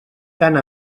tant